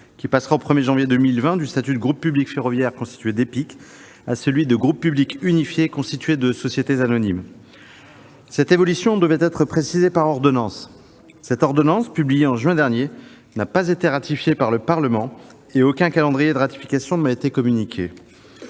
qui passera au 1 janvier 2020 du statut de groupe public ferroviaire constitué d'EPIC à celui de groupe public unifié constitué de sociétés anonymes. Cette évolution doit être précisée par ordonnance. Or cette ordonnance, publiée au mois de juin dernier, n'a pas été ratifiée par le Parlement, et aucun calendrier de ratification ne m'a été communiqué.